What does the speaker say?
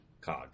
cog